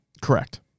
Correct